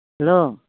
hello